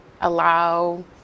allow